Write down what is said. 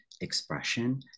expression